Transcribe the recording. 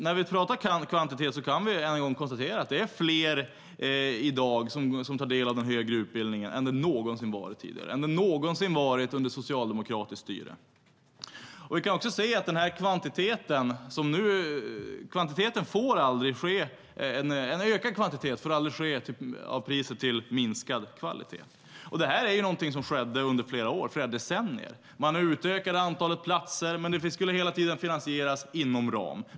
När vi pratar om kvantitet kan vi än en gång konstatera att det är fler i dag som tar del av den högre utbildningen än det någonsin varit tidigare, än det någonsin varit under socialdemokratiskt styre. En ökad kvantitet får aldrig ske till priset av minskad kvalitet. Det här var någonting som skedde under flera år, flera decennier. Man utökade antalet platser, men det skulle hela tiden finansieras inom ramen.